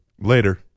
Later